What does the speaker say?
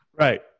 right